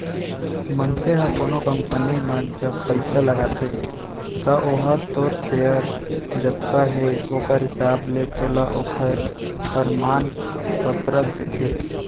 मनसे ह कोनो कंपनी म जब पइसा लगाथे त ओहा तोर सेयर जतका हे ओखर हिसाब ले तोला ओखर परमान पतरक देथे